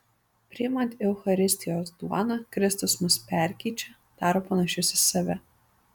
priimant eucharistijos duoną kristus mus perkeičia daro panašius į save